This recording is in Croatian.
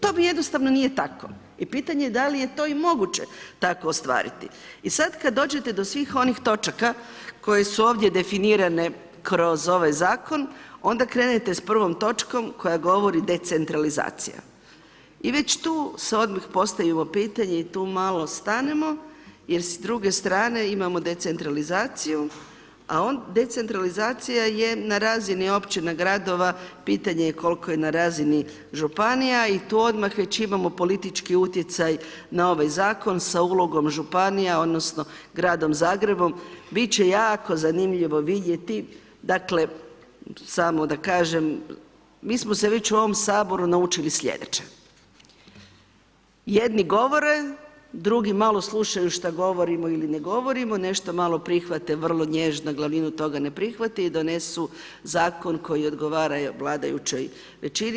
Tome jednostavno nije tako i pitanje da li je to i moguće tako ostvariti i sad kad dođete do svih onih točaka koje su ovdje definirane kroz ovaj zakon, onda krenete s prvom točkom koja govori decentralizacija i već tu se odmah postavimo pitanje i tu malo stanemo jer s druge strane imamo decentralizaciju, a decentralizacija je na razini općina, gradova, pitanje je koliko je na razini županija i tu odmah već imamo politički utjecaj na ovaj zakon sa ulogom županija, odnosno gradom Zagrebom bit će jako zanimljivo vidjeti, dakle samo da kažem, mi smo se već u ovom Saboru naučili slijedeće: jedni govore, drugi malo slušaju šta govorimo ili ne govorimo, nešto malo prihvate, vrlo nježno glavninu toga ne prihvate i donesu zakon koji odgovara vladajućoj većini.